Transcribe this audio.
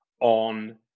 on